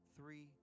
Three